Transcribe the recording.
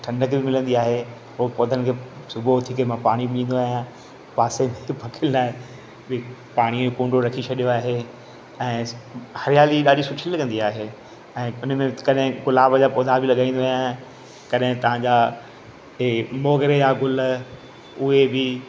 ऐं ठंडक बि मिलंदी आहे पोइ पौधनि खे सुबुह उथी करे मां पाणी ॾींदो आहियां पासे में फकंदा आहिनि पाणीअ जा कुंडो रखी छॾियो आहे ऐं हरियाली ॾाढी सुठी लॻंदी आहे ऐं उन में कॾहिं गुलाब जा पौधा बि लॻाईंदो आहियां तॾहिं तव्हां जा हे मोगरे जा गुल उहे बि